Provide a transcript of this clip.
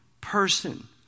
person